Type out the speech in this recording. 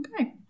Okay